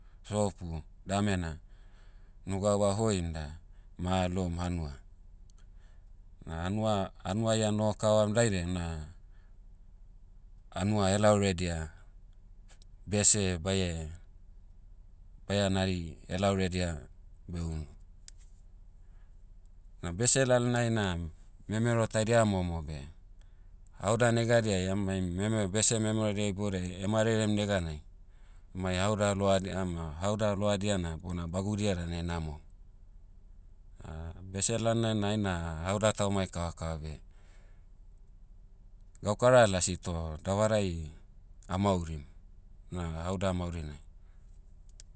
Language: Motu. Sopu, damena. Unu gau ahoim da, ma aloum hanua. Na hanua- hanuai anoho kavam daidiai una, hanua helaoredia, bese baie, baia nari, helaoredia, beh unu. Na bese lalonai na, memero taidia momo beh, haoda negadiai amai meme- bese memerodia iboudiai marerem neganai, emai haoda load- ama- haoda loadia na bona bagudia dan enamom. bese lalnai na aina haoda taumai kavakava beh, gaukara lasi toh davarai, a'maurim. Na haoda maurinai.